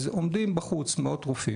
אבל זה כדי לחוש טיפה את המספרים מלמעלה,